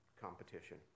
competition